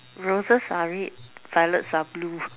roses are red violet are blue